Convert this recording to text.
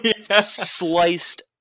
sliced